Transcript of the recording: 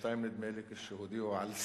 שמבקשים למסד את תפקיד דובר העירייה,